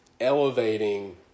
elevating